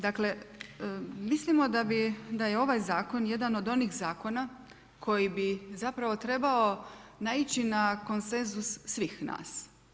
Dakle, mislimo da je ovaj zakon jedan od onih zakona koji bi zapravo trebao naići na konsenzus svih nas.